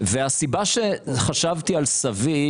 והסיבה שחשבתי על סבי,